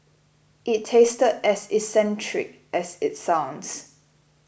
it tasted as eccentric as it sounds